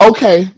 Okay